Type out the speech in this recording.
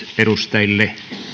edustajille